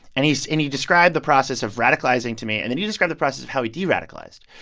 and he's and he described the process of radicalizing to me. and then he described the process of how he de-radicalized,